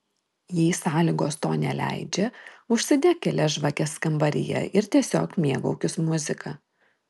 jei sąlygos to neleidžia užsidek kelias žvakes kambaryje ir tiesiog mėgaukis muzika